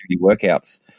workouts